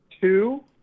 two